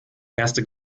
erste